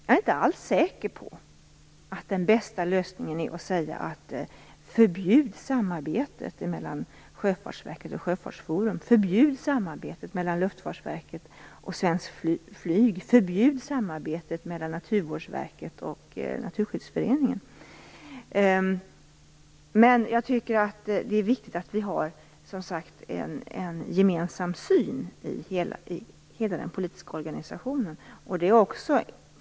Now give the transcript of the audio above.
Jag är inte alls säker på att den bästa lösningen är att säga: Förbjud samarbetet mellan Sjöfartsverket och Sjöfartsforum! Förbjud samarbetet mellan Luftfartsverket och Svenskt Flyg! Förbjud samarbetet mellan Naturvårdsverket och Naturskyddsföreningen! Jag tycker att det är viktigt att vi har en gemensam syn i hela den politiska organisationen.